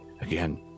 Again